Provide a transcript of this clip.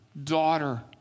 daughter